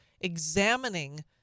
examining